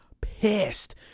Pissed